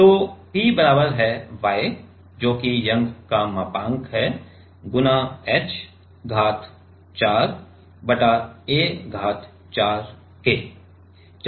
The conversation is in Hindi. तो P बराबर है Y जो कि यंग का मापांक है गुणा h घात 4 बटा a घात 4 के